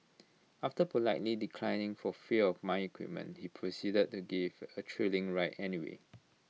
after politely declining for fear of my equipment he proceeded to give A thrilling ride anyway